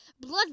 blood